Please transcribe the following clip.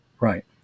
Right